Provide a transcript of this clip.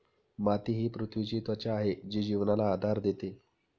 माती ही पृथ्वीची त्वचा आहे जी जीवनाला आधार देते